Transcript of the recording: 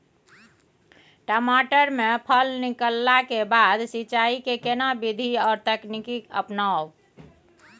टमाटर में फल निकलला के बाद सिंचाई के केना विधी आर तकनीक अपनाऊ?